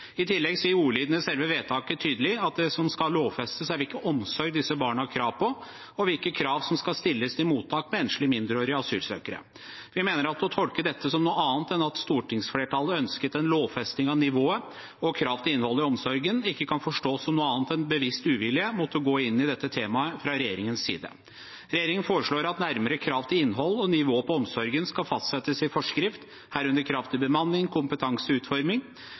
I tillegg sier ordlyden i selve vedtaket tydelig at det som skal lovfestes, er hvilken omsorg disse barna har krav på, og hvilke krav som skal stilles til mottak med enslige mindreårige asylsøkere. Vi mener at det å tolke dette som noe annet enn at stortingsflertallet ønsket en lovfesting av nivået og krav til innholdet i omsorgen, ikke kan forstås som noe annet enn bevisst uvilje mot å gå inn i dette temaet fra regjeringens side. Regjeringen foreslår at nærmere krav til innhold og nivå på omsorgen skal fastsettes i forskrift, herunder krav til bemanning, kompetanse og utforming.